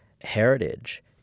heritage